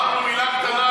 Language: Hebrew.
מילה קטנה על,